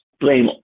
blame